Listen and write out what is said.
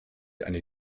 eine